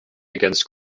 against